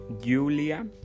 Julia